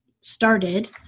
started